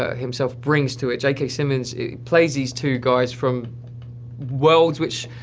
ah himself brings to it. j k. simmons plays these two guys from worlds which,